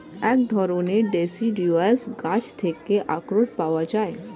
এক ধরণের ডেসিডুয়াস গাছ থেকে আখরোট পাওয়া যায়